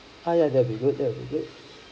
!haiya! that will be good that will be good